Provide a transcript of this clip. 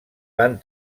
van